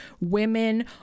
women